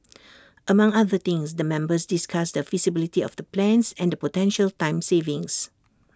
among other things the members discussed the feasibility of the plans and the potential time savings